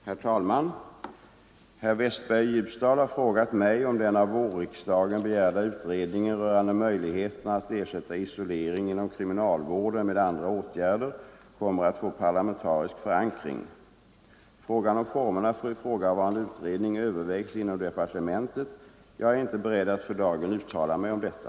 Herr talman! Herr Westberg i Ljusdal har frågat mig om den av vårriksdagen begärda utredningen rörande möjligheterna att ersätta isolering inom kriminalvården med andra åtgärder kommer att få parlamentarisk förankring. Frågan om formerna för ifrågavarande utredning övervägs inom departementet. Jag är inte beredd att för dagen uttala mig om detta.